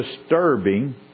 disturbing